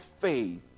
faith